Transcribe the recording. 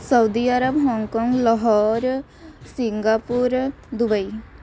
Saudi Arab Hong Kong Lahore Singapore Dubai